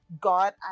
God